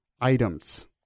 items